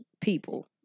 people